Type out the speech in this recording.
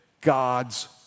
God's